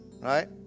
Right